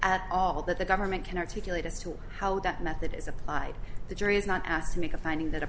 at all that the government can articulate as to how that method is applied the jury is not asked to make a finding that